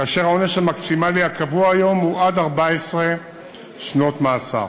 והעונש המקסימלי הקבוע היום הוא עד 14 שנות מאסר.